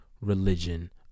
religion